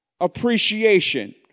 appreciation